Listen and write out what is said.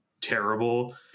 terrible